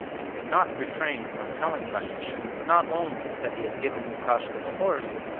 and could not refrain from telling vanyusha not only that he had given lukashka the horse,